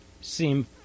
seem